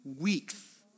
weeks